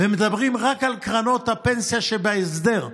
ומדברים רק על קרנות הפנסיה שבהסדר,